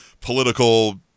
political